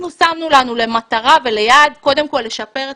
שמנו לנו למטרה וליעד קודם כל לשפר את